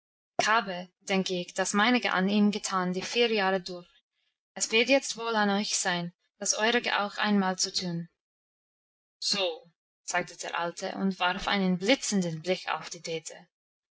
denk ich das meinige an ihm getan die vier jahre durch es wird jetzt wohl an euch sein das eurige auch einmal zu tun so sagte der alte und warf einen blitzenden blick auf die dete